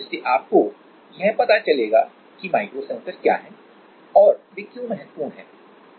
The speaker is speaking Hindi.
जिससे आपको यह पता चलेगा की माइक्रो सेंसर क्या हैं और वे क्यों महत्वपूर्ण हैं